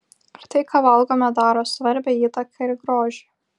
ar tai ką valgome daro svarbią įtaką ir grožiui